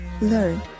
learn